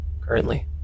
currently